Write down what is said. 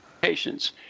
patients